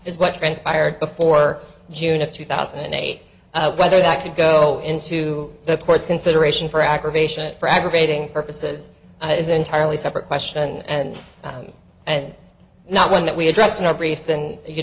is what transpired before june of two thousand and eight whether that could go into the courts consideration for aggravation for aggravating purposes is entirely separate question and i did not one that we address in our briefs and you